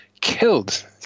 killed